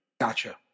Gotcha